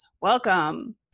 Welcome